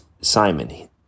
Simon